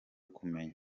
kumenya